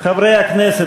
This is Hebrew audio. לסעיף 04,